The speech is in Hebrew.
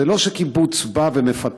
זה לא שקיבוץ בא ומפטר.